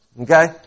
Okay